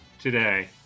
today